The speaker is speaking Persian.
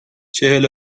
چهل